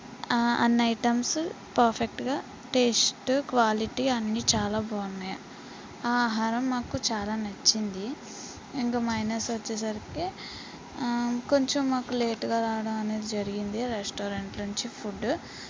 అన్ని ఐటమ్స్ పర్ఫెక్ట్గా taste quality అన్ని చాలా బాగున్నాయి ఆహారం మాకు చాలా నచ్చింది ఇంక మైనస్ వచ్చేసరికి కొంచెం మాకు లేటుగా రావడం అనేది జరిగింది రెస్టారెంట్ నుంచి ఫుడ్